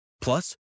Plus